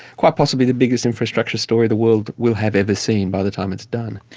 quite possibly the biggest infrastructure story the world will have ever seen by the time it's done.